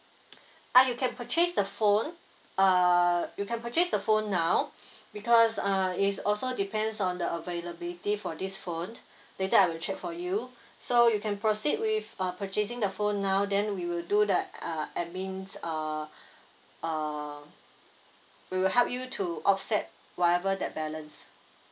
uh you can purchase the phone uh you can purchase the phone now because uh is also depends on the availability for this phone later I will check for you so you can proceed with uh purchasing the phone now then we will do the uh admins uh uh we will help you to offset whatever that balance